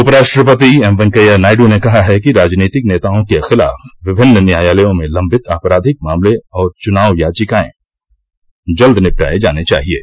उपराष्ट्रपति एम वेंकैया नायडू ने कहा है कि राजनीतिक नेताओं के खिलाफ विभिन्न न्यायालयों में लम्बित आपराधिक मामले और चुनाव याचिकाएं जल्द निपटाए जाने चाहिएं